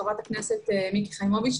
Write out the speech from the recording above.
חברת הכנסת מיקי חיימוביץ',